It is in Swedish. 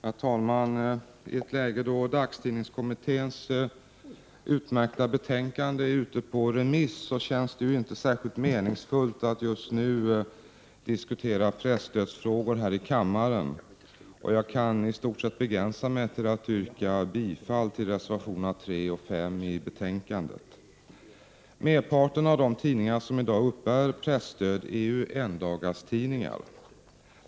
Herr talman! I ett läge då dagstidningskommitténs utmärkta betänkande är ute på remiss känns det inte särskilt meningsfullt att diskutera presstödsfrågor här i kammaren. Jag kan i stort sett begränsa mig till attt yrka bifall till reservationerna 3 och 5 i betänkandet. Merparten av de tidningar som i dag uppbär presstöd är endagstidningar.